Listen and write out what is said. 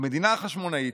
"המדינה החשמונאית,